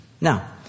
Now